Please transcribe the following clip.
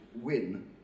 win